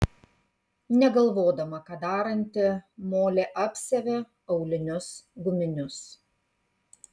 negalvodama ką daranti molė apsiavė aulinius guminius